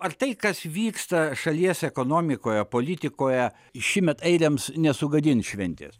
ar tai kas vyksta šalies ekonomikoje politikoje šįmet airiams nesugadins šventės